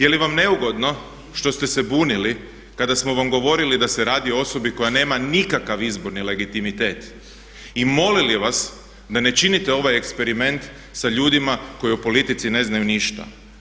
Je li vam neugodno što ste se bunili kada smo vam govorili da se radi o osobi koja nema nikakav izborni legitemitet i molili vas da ne činite ovaj eksperiment sa ljudima koji o politici ne znaju ništa?